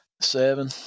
Seven